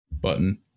Button